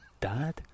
dad